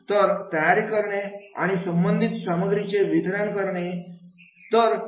तर तयारी करणे आणि संबंधित सामग्रीचे वितरण करणे बरोबर